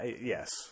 Yes